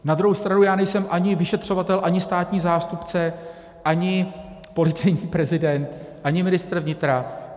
Na druhou stranu já nejsem ani vyšetřovatel, ani státní zástupce, ani policejní prezident, ani ministr vnitra.